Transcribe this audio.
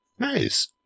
Nice